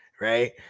right